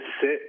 sit